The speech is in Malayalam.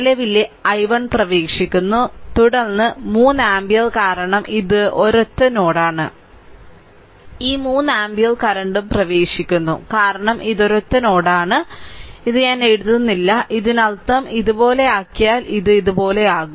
നിലവിലെ i1 പ്രവേശിക്കുന്നു തുടർന്ന് 3 ആമ്പിയർ കാരണം ഇത് ഒരൊറ്റ നോഡാണ് ഈ 3 ആമ്പിയർ കറന്റും പ്രവേശിക്കുന്നു കാരണം ഇത് ഒരൊറ്റ നോഡാണ് ഇത് ഞാൻ എഴുതുന്നില്ല ഇതിനർത്ഥം ഇതുപോലെയാക്കിയാൽ ഇത് ഇതുപോലെയാകും